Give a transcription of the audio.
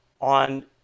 on